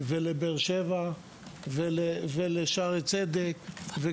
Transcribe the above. ולבאר שבע ולשערי צדק.